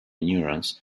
neurons